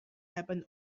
happen